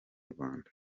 rwanda